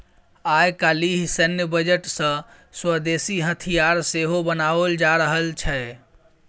आय काल्हि सैन्य बजट सँ स्वदेशी हथियार सेहो बनाओल जा रहल छै